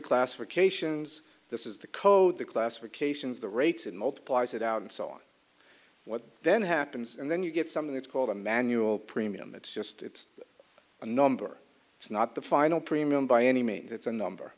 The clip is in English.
classifications this is the code the classifications the rates and multiplies it out and so on what then happens and then you get something that's called a manual premium it's just it's a number it's not the final premium by any means it's a number